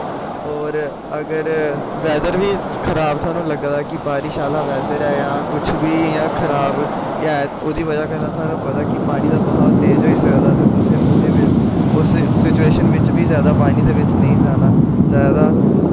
होर अगर वेदर बी खराब थाह्नूं लग्गा दा कि बारिश आह्ला वेदर ऐ जां कुछ बी इ'यां खराब जां ओह्दी बजह् कन्नै थाह्नूं पता कि पानी दा बहाव तेज़ होई सकदा ते तुसें ओह्दे उस सिचुएशन बिच बी पानी दे बिच नेईं जाना चाहिदा